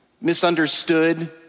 misunderstood